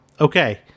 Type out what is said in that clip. Okay